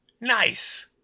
Nice